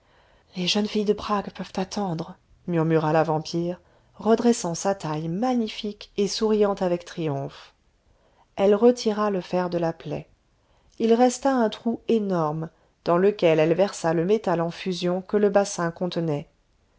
les jeunes filles de prague peuvent t'attendre murmura la vampire redressant sa taille magnifique et souriant avec triomphe elle retira le fer de la plaie il resta un trou énorme dans lequel elle versa le métal en fusion que le bassin contenait